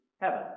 heaven